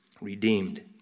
redeemed